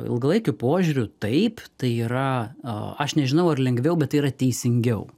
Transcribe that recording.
ilgalaikiu požiūriu taip tai yra aš nežinau ar lengviau bet tai yra teisingiau